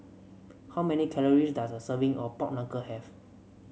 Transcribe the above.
how many calories does a serving of Pork Knuckle have